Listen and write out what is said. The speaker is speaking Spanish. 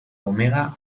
omega